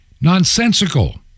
Nonsensical